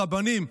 הרבנים,